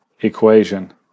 equation